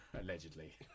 allegedly